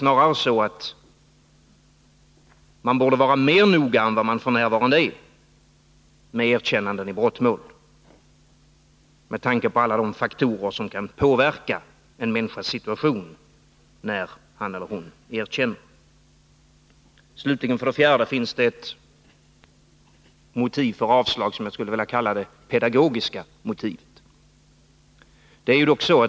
Snarare borde man vara mer noga än vad man f. n. är med erkännande i brottmål, med tanke på alla de faktorer som kan påverka en människas situation när han eller hon erkänner. Slutligen och för det fjärde finns det ett motiv för avslag som jag skulle vilja kalla det pedagogiska motivet.